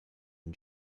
and